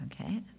Okay